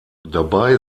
dabei